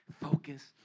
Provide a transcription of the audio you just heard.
Focus